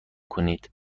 کنید